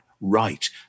right